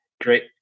Great